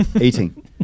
Eating